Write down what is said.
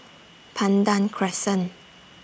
Pandan Crescent